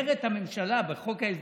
אומרת הממשלה בחוק ההסדרים,